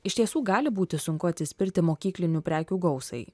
iš tiesų gali būti sunku atsispirti mokyklinių prekių gausai